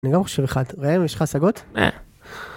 אני גם חושב אחד, ראם אם יש לך הסגות?